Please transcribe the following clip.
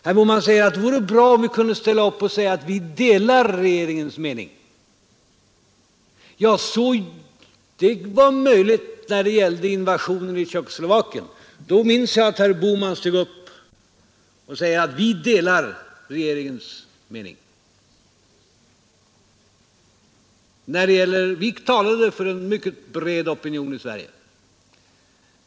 Herr Bohman säger att det vore bra, om man inom hans parti hade kunnat ställa upp och säga att man delar regeringens mening. Ja, det var möjligt när det gällde invasionen i Tjeckoslovakien — jag minns att herr Bohman då steg upp och sade: Vi delar regeringens mening. Vi talade då för en mycket bred opinion i Sverige.